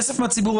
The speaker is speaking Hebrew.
כסף מהציבור.